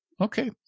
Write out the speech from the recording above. Okay